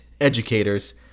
educators